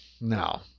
no